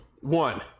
one